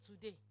today